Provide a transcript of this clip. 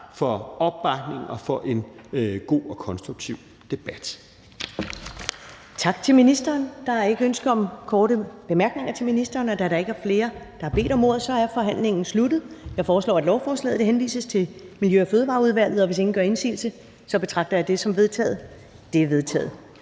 for opbakningen og for en god og konstruktiv debat.